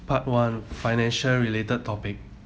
part one financial related topic